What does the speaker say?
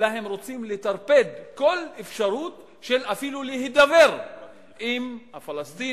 אלא הם רוצים לטרפד כל אפשרות של אפילו להידבר עם הפלסטינים,